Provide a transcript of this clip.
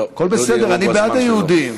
הכול בסדר, אני בעד היהודים.